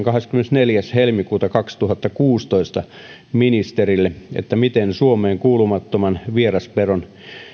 kahdeskymmenesneljäs toista kaksituhattakuusitoista kirjallisen kysymyksen ministerille siitä miten suomeen kuulumattoman vieraspedon